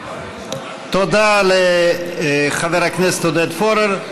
תודה לחבר הכנסת עודד פורר.